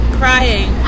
crying